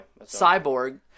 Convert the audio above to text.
cyborg